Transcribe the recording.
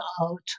out